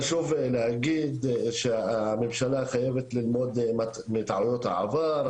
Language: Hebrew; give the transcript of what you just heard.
חשוב להגיד שהממשלה חייבת ללמוד מטעויות העבר,